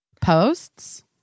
posts